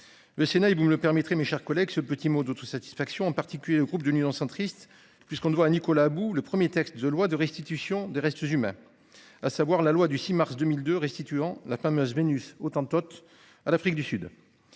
Le Sénat il vous me permettrez, mes chers collègues, ce petit mot d'autosatisfaction en particulier le groupe d'union centriste puisqu'on ne voit Nicolas bout le 1er texte de loi de restitution de restes humains. À savoir la loi du 6 mars 2002. Restituant la fameuse Vénus hottentote, à l'Afrique du Sud.